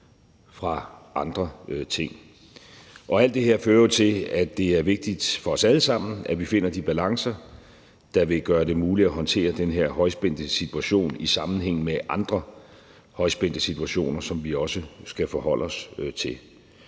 fra andre ting. Alt det her fører jo til, at det er vigtigt for os alle sammen, at vi finder de balancer, der vil gøre det muligt at håndtere den her højspændte situation i sammenhæng med andre højspændte situationer, som vi også skal forholde os til,